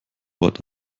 wort